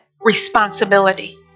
responsibility